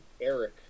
Eric